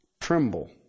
tremble